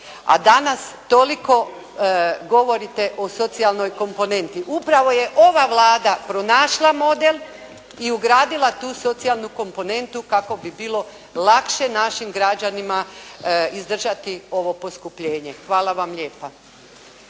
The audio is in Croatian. A danas toliko govorite o socijalnoj komponenti. Upravo je ova Vlada pronašla model i ugradila tu socijalnu komponentu kako bi bilo lakše našim građanima izdržati ovo poskupljenje. Hvala vam lijepa.